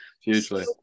hugely